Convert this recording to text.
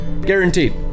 guaranteed